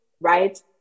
right